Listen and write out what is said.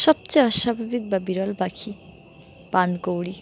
সবচেয়ে অস্বাভাবিক বা বিরল পাখি পানকৌড়ি